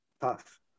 tough